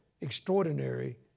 extraordinary